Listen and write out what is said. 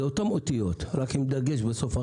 זה אותן אותיות רק עם דגש.